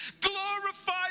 glorify